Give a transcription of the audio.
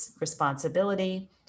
responsibility